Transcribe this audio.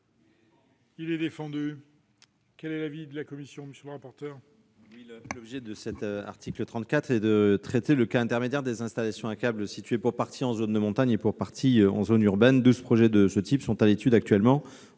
Il est défendu. Quel est l'avis de la commission ? L'objet de l'article 34 est de traiter le cas intermédiaire des installations à câbles situées pour partie en zone de montagne et pour partie en zone urbaine : douze projets de ce type sont à l'étude actuellement-